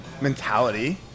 mentality